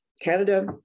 Canada